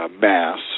Mass